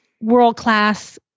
world-class